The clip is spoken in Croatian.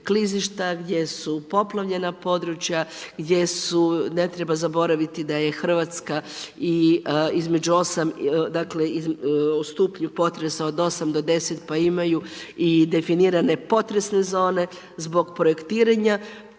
gdje su poplavljena područja, gdje su, ne treba zaboraviti da je Hrvatska između 8, dakle, u stupnju potresa od 8-10 pa imaju i definirane potresne zone, zbog projektiranja.